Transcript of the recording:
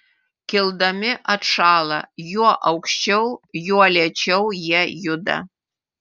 kildami atšąla juo aukščiau juo lėčiau jie juda